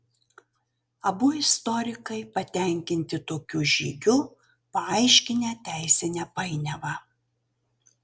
abu istorikai patenkinti tokiu žygiu paaiškinę teisinę painiavą